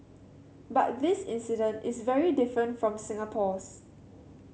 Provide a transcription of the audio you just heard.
but this incident is very different from Singapore's